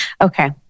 Okay